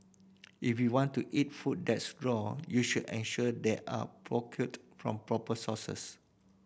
if you want to eat food that's raw you should ensure they are procured from proper sources